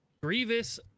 grievous